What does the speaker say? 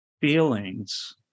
feelings